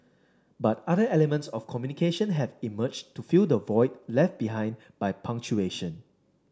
but other elements of communication have emerged to fill the void left behind by punctuation